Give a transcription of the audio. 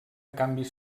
canvis